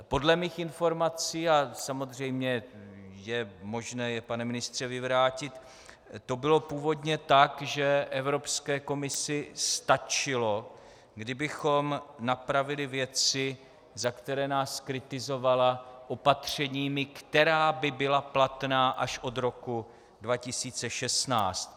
Podle mých informací, a samozřejmě je možné je, pane ministře, vyvrátit, to bylo původně tak, že Evropské komisi stačilo, kdybychom napravili věci, za které nás kritizovala, opatřeními, která by byla platná až od roku 2016.